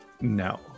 No